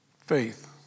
Faith